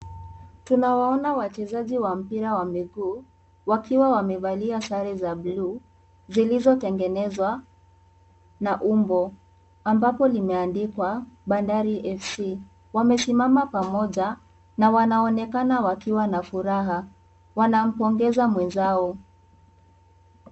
Tunawaona wachezaji wa mpira wa miguu wakiwa wamevalia sare za blu zilizotengenezwa na umbo ambapo limeandikwa Bandari FC wamesimama pamoja na wanaonekana wakiwa na furaha wanampongeza mwenzao.